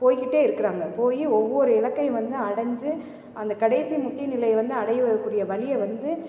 போயிக்கிட்டே இருக்கிறாங்க போய் ஒவ்வொரு இலக்கையும் வந்து அடைஞ்சு அந்த கடைசி முக்கிய நிலையை வந்து அடைவதற்குரிய வழியை வந்து